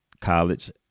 college